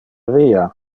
via